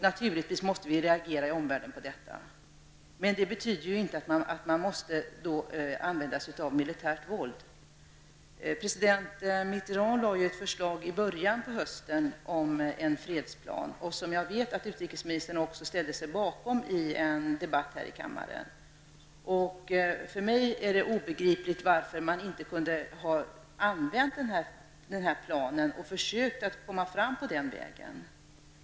Naturligtvis måste vi i omvärlden reagera på detta. Men det betyder inte att man måste använda sig av militärt våld. President Mitterand lade fram ett förslag i början av hösten om en fredsplan, som jag vet att utrikesministern ställde sig i bakom i en debatt i kammaren. För mig är det obegripligt varför det inte gick att använda sig av denna plan.